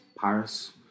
Paris